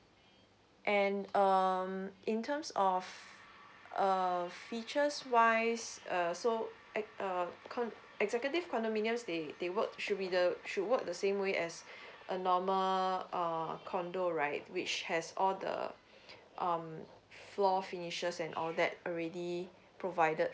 and um in terms of err features wise err so ex~ err con~ executive condominiums they they work should be the should work the same way as a normal uh condo right which has all the um floor finishes and all that already provided